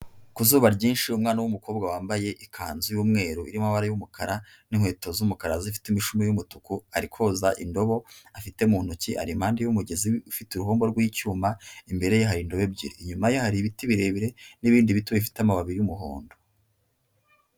Ku zuba ryinshi umwana w'umukobwa wambaye ikanzu y'umweru irimo amabara y'umukara n'inkweto z'umukara zifite imishumi y'umutuku ari koza indobo afite mu ntoki, ari impande y'umugezi ufite uruhombo rw'icyuma imbere ye hari indobo ebyiri, inyuma ye hari ibiti birebire n'ibindi biti bifite amababi y'umuhondo.